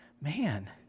man